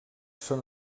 són